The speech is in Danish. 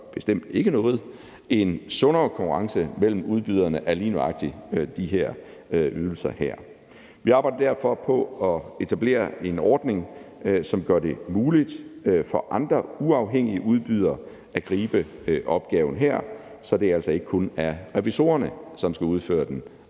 bestemt ikke noget, en sundere konkurrence mellem udbyderne af lige nøjagtig de her ydelser. Vi arbejder derfor på at etablere en ordning, som gør det muligt for andre uafhængige udbydere at gribe opgaven her, så det altså ikke kun er revisorerne, som skal udføre den,